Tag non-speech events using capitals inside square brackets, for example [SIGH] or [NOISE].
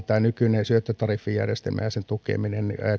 [UNINTELLIGIBLE] tämä nykyinen syöttötariffijärjestelmä ja sen tukeminen